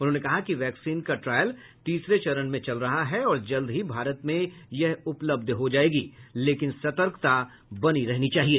उन्होंने कहा कि वैक्सीन का ट्रायल तीसरे चरण में चल रहा है और जल्द ही भारत में यह उपलब्ध हो जायेगी लेकिन सतर्कता बनी रहनी चाहिए